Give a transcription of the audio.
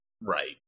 Right